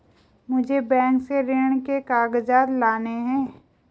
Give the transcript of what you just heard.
मुझे बैंक से ऋण के कागजात लाने हैं